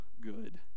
good